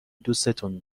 دوستون